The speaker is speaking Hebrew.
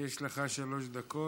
יש לך שלוש דקות.